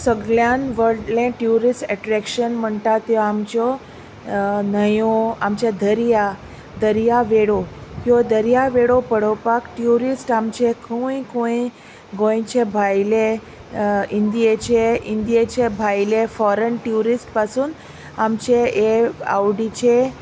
सगल्यान व्हडलें tourist attraction म्हणटा त्यो आमच्यो न्हंयो आमचे दर्या दर्यावेळो ह्यो दर्यावेळो पळोवपाक ट्युरिस्ट आमचे खंय खंय गोंयचे भायले इंडियेचे इंडियेचे भायले फॉरन ट्युरिस्ट पासून आमचे हे आवडीचे